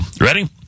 Ready